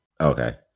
Okay